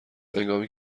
هنگامی